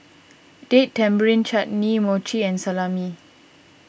Date Tamarind Chutney Mochi and Salami